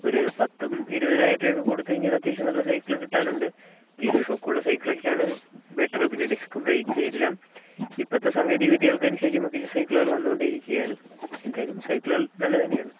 ഒരു പത്തും ഇരുപതിനായിരത്തിയൊക്കെ കൊടുത്ത് കഴിഞ്ഞാൽ അത്യാവശ്യം നല്ല സൈക്കിൾ കിട്ടാനുണ്ട് ഗിയറും ഷോക്കും ഉള്ള സൈക്കിളൊക്കെയാണ് ബെറ്റർ പിന്നെ ഡിസ്ക് ബ്രേക്ക് എല്ലാം ഇപ്പോഴത്തെ സാങ്കേതിക വിദ്യകൾക്ക് അനുസരിച്ച് മികച്ച സൈക്കിളുകൾ വന്നുകൊണ്ടെ ഇരിക്കുകയാണ് എന്തായാലും സൈക്കിളുകൾ നല്ലത് തന്നെയാണ്